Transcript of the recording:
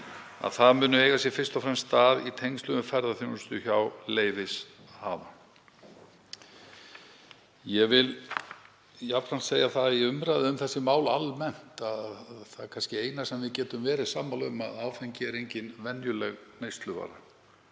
muni eiga sér fyrst og fremst stað í tengslum við ferðaþjónustu hjá leyfishafa. Ég vil jafnframt segja að í umræðu um þessi mál almennt er kannski það eina sem við getum verið sammála um er að áfengi er engin venjuleg neysluvara.